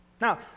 Now